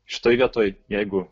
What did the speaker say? šitoj vietoj jeigu